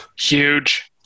Huge